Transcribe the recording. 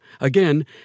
Again